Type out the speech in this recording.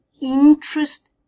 interest